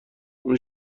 اون